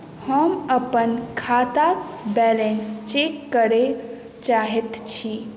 हम अपन खाताक बैलेंस चेक करय चाहैत छी